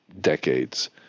decades